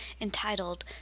entitled